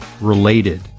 related